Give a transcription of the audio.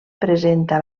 presenta